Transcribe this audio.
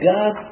God